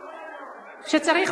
חברתי,